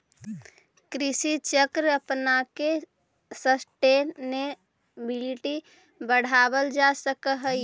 कृषि चक्र अपनाके सस्टेनेबिलिटी बढ़ावल जा सकऽ हइ